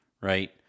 Right